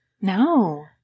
No